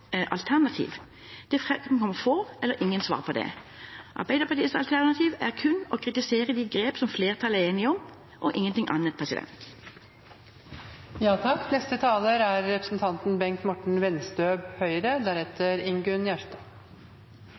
få eller ingen svar på det. Arbeiderpartiets alternativ er kun å kritisere de grep som flertallet er enig om, og ingenting annet.